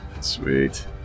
Sweet